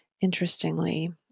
interestingly